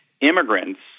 immigrants